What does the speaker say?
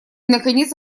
наконец